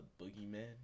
Boogeyman